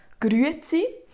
grüezi